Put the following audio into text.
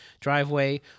driveway